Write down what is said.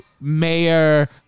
mayor